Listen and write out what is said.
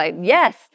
Yes